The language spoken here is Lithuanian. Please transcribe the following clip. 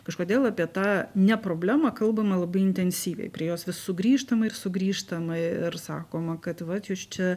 kažkodėl apie tą ne problemą kalbama labai intensyviai prie jos vis sugrįžtama ir sugrįžtama ir sakoma kad vat jūs čia